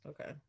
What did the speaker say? Okay